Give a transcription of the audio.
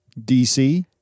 DC